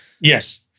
Yes